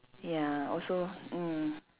ya also mm